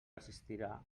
assistirà